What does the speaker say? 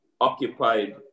occupied